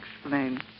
explain